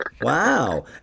Wow